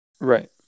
Right